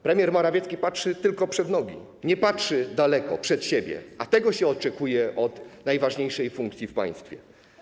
Premier Morawiecki patrzy tylko pod nogi, nie patrzy daleko przed siebie, a tego się oczekuje od osoby pełniącej najważniejsze funkcje w państwie.